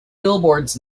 billboards